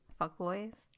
fuckboys